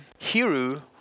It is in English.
Hiru